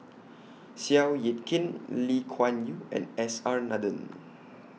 Seow Yit Kin Lee Kuan Yew and S R Nathan